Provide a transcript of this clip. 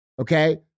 Okay